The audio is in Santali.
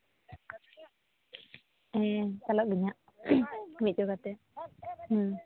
ᱦᱮᱸ ᱪᱟᱞᱟᱜᱼᱟᱹᱧ ᱦᱟᱸᱜ ᱫᱤᱥᱟᱹ ᱠᱟᱛᱮ ᱦᱩᱸ